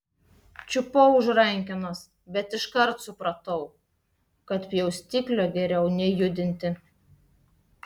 čiupau už rankenos bet iškart supratau kad pjaustiklio geriau nejudinti